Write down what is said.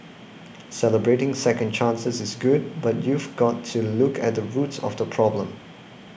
celebrating second chances is good but you've got to look at the root of the problem